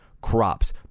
crops